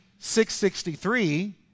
663